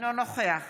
אינו נוכח